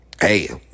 Hey